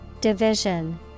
Division